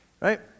right